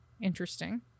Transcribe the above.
interesting